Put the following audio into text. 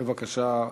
בבקשה,